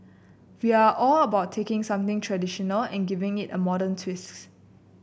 we are all about taking something traditional and giving it a modern twist